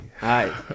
hi